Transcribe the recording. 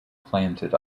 planted